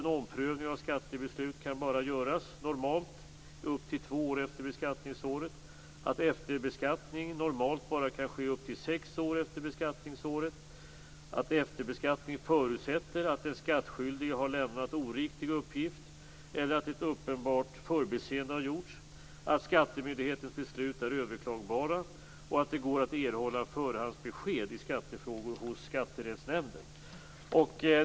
En omprövning av ett skattebeslut kan normalt bara göras upp till två år efter beskattningsåret. Efterbeskattning kan normalt bara ske upp till sex år efter beskattningsåret. Efterbeskattning förutsätter att den skattskyldige har lämnat oriktig uppgift eller att ett uppenbart förbiseende har gjorts. Skattemyndighetens beslut är överklagbara. Det går att erhålla förhandsbesked i skattefrågor hos Skatterättsnämnden.